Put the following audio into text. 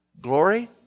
glory